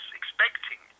expecting